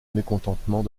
mécontentement